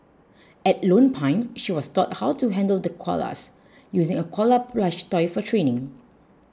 at Lone Pine she was taught how to handle the koalas using a koala plush toy for training